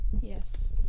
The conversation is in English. Yes